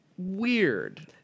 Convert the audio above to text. weird